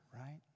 right